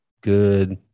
good